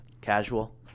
casual